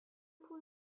پول